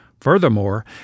Furthermore